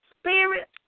spirit